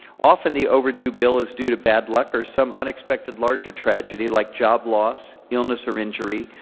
often the overdue bill is due to bad luck or some unexpected larger tragedy like job loss, illness or injury,